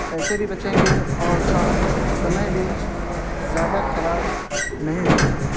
پیسے بھی بچیں گے اور اس کا سمے بھی زیادہ خراب نہیں ہوگا